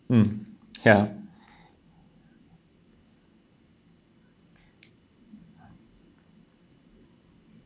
mm ya